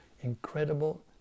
incredible